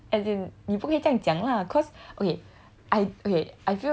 as in as in 你不可以这样讲 lah cause okay